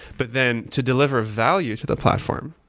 but then to deliver value to the platform,